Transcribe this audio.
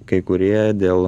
kai kurie dėl